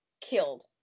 killed